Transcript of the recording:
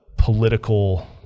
political